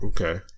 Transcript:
Okay